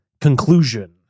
conclusion